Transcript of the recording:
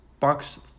Box